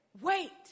wait